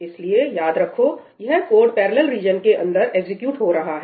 इसलिए याद रखो यह कोड पैरेलल रीजन के अंदर एग्जीक्यूट हो रहा है